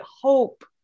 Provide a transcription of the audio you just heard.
hope